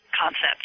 concept